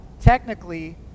technically